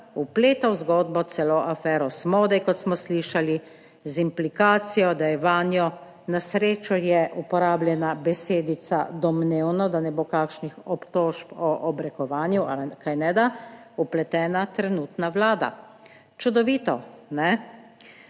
vpleta v zgodbo celo afero Smodej, kot smo slišali, z implikacijo, da je vanjo - na srečo je uporabljena besedica domnevno, da ne bo kakšnih obtožb o obrekovanju, kajneda - vpletena trenutna Vlada. Čudovito, ne?